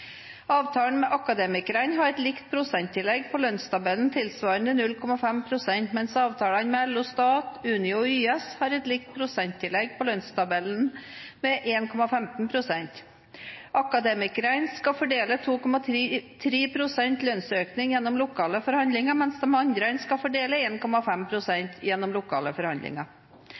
Avtalen med Akademikerne har et likt prosenttillegg på lønnstabellen tilsvarende 0,5 pst., mens avtalene med LO Stat, Unio og YS har et likt prosenttillegg på lønnstabellen med 1,15 pst. Akademikerne skal fordele 2,3 pst. lønnsøkning gjennom lokale forhandlinger, mens de andre skal fordele 1,5 pst. gjennom lokale forhandlinger.